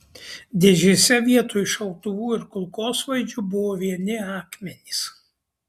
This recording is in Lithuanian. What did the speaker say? dėžėse vietoj šautuvų ir kulkosvaidžių buvo vieni akmenys